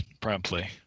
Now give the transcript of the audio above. promptly